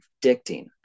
predicting